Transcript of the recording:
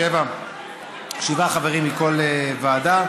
שבעה חברים מכל ועדה,